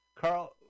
Carl